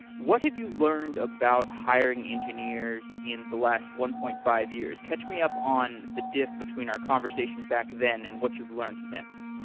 what have you learned about hiring engineers in the last one point five years? catch me up on the diff between our conversation back then and what you've learned since.